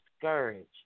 discouraged